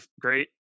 great